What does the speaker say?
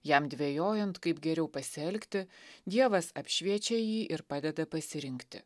jam dvejojant kaip geriau pasielgti dievas apšviečia jį ir padeda pasirinkti